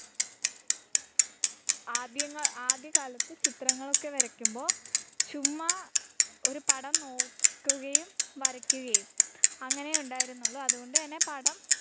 ആദ്യങ്ങ ആദ്യ കാലത്ത് ചിത്രങ്ങളൊക്കെ വരയ്ക്കുമ്പോൾ ചുമ്മാ ഒരു പടം നോക്കുകയും വരക്കുകയും അങ്ങനെ ഉണ്ടായിരുന്നുള്ളു അതുകൊണ്ട് തന്നെ പടം